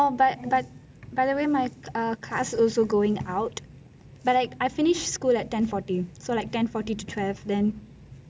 o btw my class also going out but like I finish sch at ten forty so like ten forty to twelve then